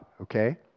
okay